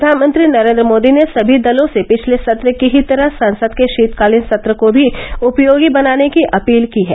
प्रधानमंत्री नरेन्द्र मोदी ने सभी दलों से पिछले सत्र की ही तरह संसद के शीतकालीन सत्र को भी उपयोगी बनाने की अपील की है